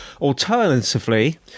Alternatively